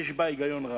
יש בה היגיון רב.